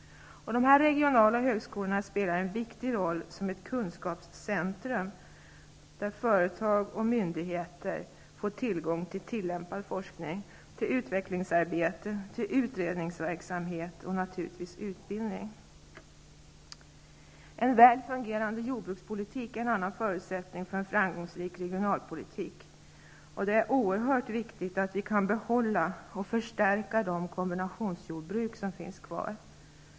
De regionala högskolorna spelar en viktig roll som ett kunskapscentrum, där företag och myndigheter får tillgång till tillämpad forskning, till utvecklingsarbete, till utredningsverksamhet och naturligtvis till utbildning. En väl fungerande jordbrukspolitik är en annan förutsättning för en framgångsrik regionalpolitik. Det är oerhört viktigt att vi kan behålla och förstärka de kombinationsjordbruk som finns kvar.